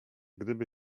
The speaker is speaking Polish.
gdyby